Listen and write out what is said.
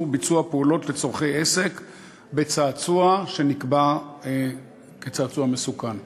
ביצוע פעולות לצורכי עסק בצעצוע שנקבע כצעצוע מסוכן.